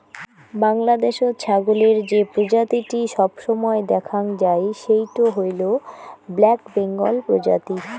বাংলাদ্যাশত ছাগলের যে প্রজাতিটি সবসময় দ্যাখাং যাই সেইটো হইল ব্ল্যাক বেঙ্গল প্রজাতি